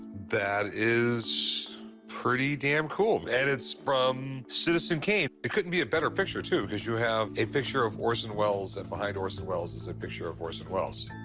that is pretty damn cool. and it's from citizen kane. it couldn't be a better picture, too, because you have a picture of orson welles, and behind orson welles is a picture of orson welles.